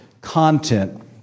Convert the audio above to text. content